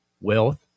wealth